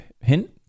hint